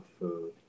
food